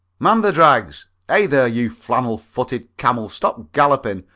man the drags! hey, there, you flannel-footed camel, stop galloping!